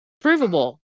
provable